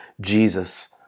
Jesus